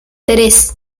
tres